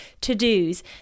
to-dos